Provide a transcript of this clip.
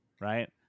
right